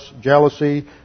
jealousy